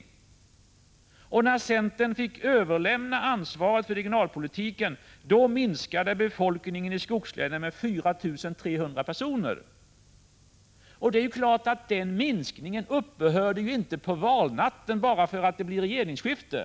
Det år då centern fick överlämna ansvaret för regionalpolitiken minskade befolkningen i skogslänen med 4300 personer. Det är klart att den minskningen inte upphörde på valnatten bara därför att det blev regeringsskifte.